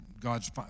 God's